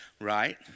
right